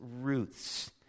roots